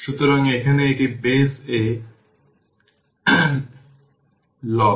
সুতরাং এটি A v0